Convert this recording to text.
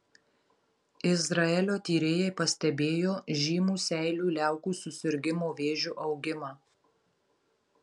izraelio tyrėjai pastebėjo žymų seilių liaukų susirgimo vėžiu augimą